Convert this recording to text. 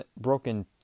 broken